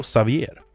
Savier